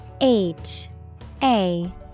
H-A-